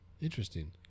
Interesting